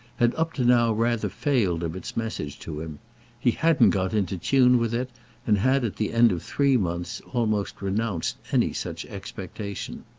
had up to now rather failed of its message to him he hadn't got into tune with it and had at the end of three months almost renounced any such expectation.